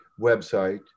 website